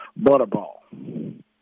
Butterball